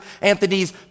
Anthony's